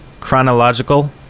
Chronological